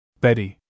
Betty